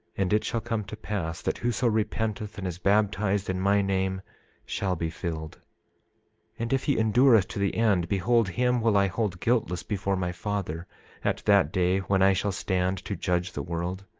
and it shall come to pass, that whoso repenteth and is baptized in my name shall be filled and if he endureth to the end, behold, him will i hold guiltless before my father at that day when i shall stand to judge the world.